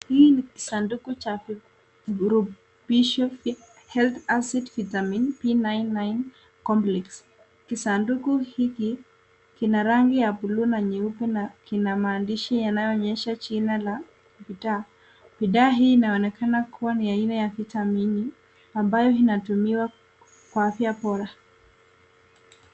Hii ni kisanduku cha virutubisho health acid vitamin B 99 complex . Kisanduku hiki kina rangi ya blue na nyeupe na kina maandishi kinachoonyesha jina la bidhaa. Bidhaa hii inaonekana kuwa ya vitamini ambayo inatumiwa kwa afya bora.